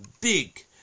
big